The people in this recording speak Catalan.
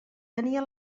tenia